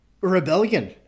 rebellion